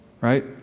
right